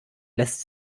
lässt